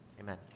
Amen